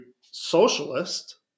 socialist